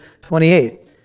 28